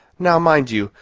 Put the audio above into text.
now mind you,